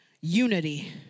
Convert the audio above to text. Unity